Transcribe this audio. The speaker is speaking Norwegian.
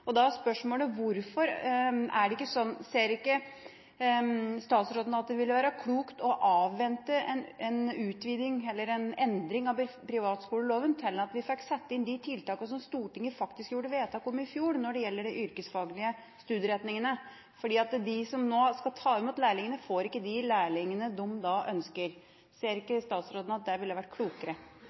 dem da de skulle ta over elevene fra ungdomsskolen inn i yrkesfagene. Da er spørsmålet: Ser ikke statsråden at det ville være klokt å avvente en endring av privatskoleloven til vi fikk satt inn de tiltakene Stortinget faktisk gjorde vedtak om i fjor når det gjelder yrkesfaglige studieretningene? For de som nå skal ta imot lærlingene, får ikke de lærlingene de ønsker. Ser ikke statsråden at det ville vært klokere?